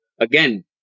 again